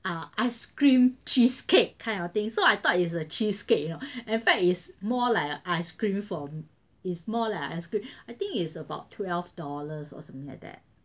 err ice cream cheesecake kind of thing so I thought is a cheesecake you know in fact is more like ice cream from it's more like ice cream I think is about twelve dollars or something like that